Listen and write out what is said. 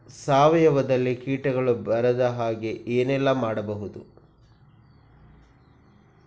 ಸಾವಯವದಲ್ಲಿ ಕೀಟಗಳು ಬರದ ಹಾಗೆ ಏನೆಲ್ಲ ಮಾಡಬಹುದು?